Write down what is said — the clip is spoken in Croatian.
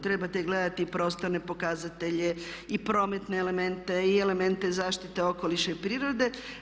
Trebate gledati prostorne pokazatelje i prometne elemente i elemente zaštite okoliša i prirode.